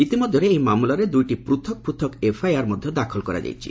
ଇତିମଧ୍ୟରେ ଏହି ମାମଲାରେ ଦୁଇଟି ପୃଥକ ପୃଥକ ଏଫ୍ଆଇଆର୍ ମଧ୍ୟ ଦାଖଲ କରାଯାଇଛି